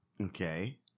Okay